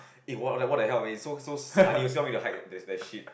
eh what like what the hell man it's so so sunny you still want me to hike that that shit